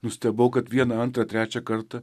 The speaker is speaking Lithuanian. nustebau kad vieną antrą trečią kartą